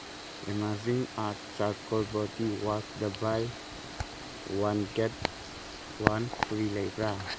ꯑꯃꯥꯖꯤꯡ art charcoal body wash buy one get one free ꯂꯩꯕ꯭ꯔꯥ